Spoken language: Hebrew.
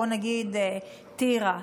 נגיד מטירה,